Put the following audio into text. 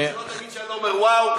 שלא תגיד שאני לא אומר וואו.